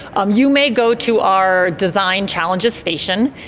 um you may go to our design challenges station,